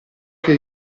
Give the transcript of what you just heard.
che